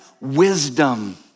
wisdom